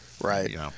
Right